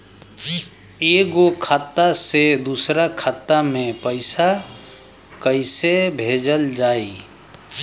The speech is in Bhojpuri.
एगो खाता से दूसरा खाता मे पैसा कइसे भेजल जाई?